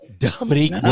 Dominique